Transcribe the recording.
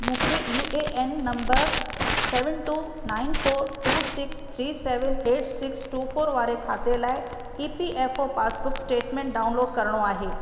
मूंखे U A N number seven two nine four two six three seven eight six two four वारे खाते लाइ E P F O passbook statement download करिणो आहे